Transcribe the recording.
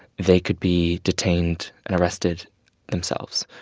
they could be detained and arrested themselves,